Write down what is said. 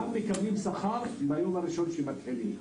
גם מקבלים שכר מהיום הראשון שמתחילים.